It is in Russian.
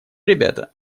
ребята